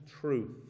truth